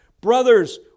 Brothers